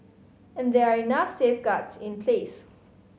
and there are enough safeguards in place